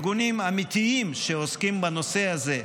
ארגונים אמיתיים שעוסקים בנושא הזה,